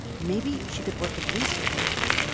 maybe she could work with researchers.